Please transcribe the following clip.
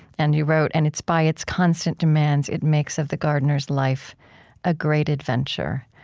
and you wrote, and it's by its constant demands it makes of the gardener's life a great adventure.